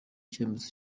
icyemezo